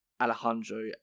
Alejandro